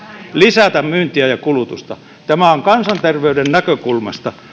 lisätä myyntiä ja kulutusta tämä on kansanterveyden näkökulmasta